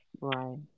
Right